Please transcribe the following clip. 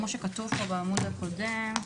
כמו שכתוב פה בעמוד הקודם.